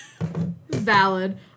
Valid